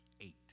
eight